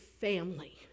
family